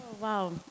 Wow